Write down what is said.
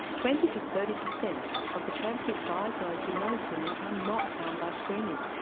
twenty to thirty percent of the cancers diagnosed in those women are not found by screening,